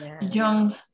young